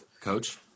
coach